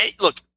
look